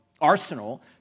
arsenal